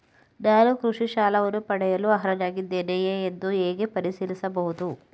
ನಾನು ಕೃಷಿ ಸಾಲವನ್ನು ಪಡೆಯಲು ಅರ್ಹನಾಗಿದ್ದೇನೆಯೇ ಎಂದು ಹೇಗೆ ಪರಿಶೀಲಿಸಬಹುದು?